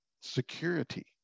security